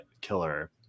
killer